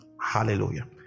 hallelujah